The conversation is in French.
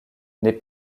n’aie